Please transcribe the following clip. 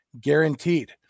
Guaranteed